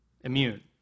immune